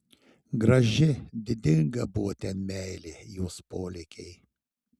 graži didinga buvo ten meilė jos polėkiai